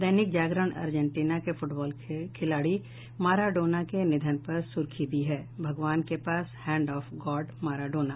दैनिक Jagran Argentina के football खिलाड़ी Maradona के निधन पर सुर्खी दी है भगवान के पास हैंड ऑफ गॉड माराडोना